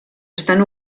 estan